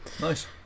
nice